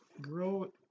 grow